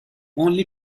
only